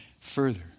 further